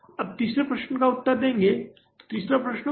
अब हम तीसरे प्रश्न का उत्तर देंगे और तीसरा प्रश्न